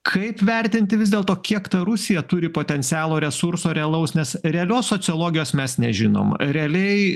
kaip vertinti vis dėlto kiek ta rusija turi potencialo resurso realaus nes realios sociologijos mes nežinom realiai